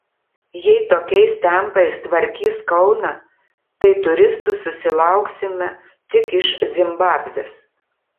jei tokiais tempais tvarkys kauną tai turistų susilauksime tik iš zimbabvės